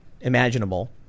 imaginable